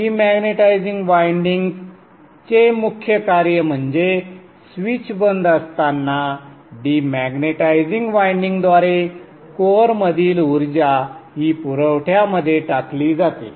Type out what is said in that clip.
demagnetising windings चे मुख्य कार्य म्हणजे स्विच बंद असताना डिमॅग्नेटायझिंग वाइंडिंगद्वारे कोअरमधील ऊर्जा ही पुरवठ्यामध्ये टाकली जाते